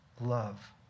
love